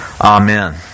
Amen